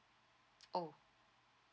oh